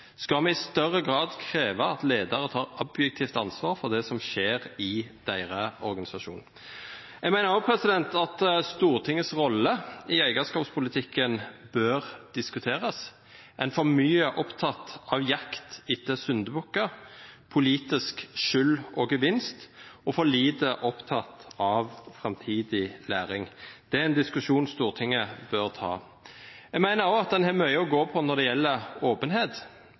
Skal vi i større grad kreve at ledere tar objektivt ansvar for det som skjer i deres organisasjon? Jeg mener også at Stortingets rolle i eierskapspolitikken bør diskuteres. Er en for mye opptatt av jakt etter syndebukker, politisk skyld og gevinst og for lite opptatt av framtidig læring? Det er en diskusjon Stortinget bør ta. Jeg mener også man har mye å gå på når det gjelder åpenhet.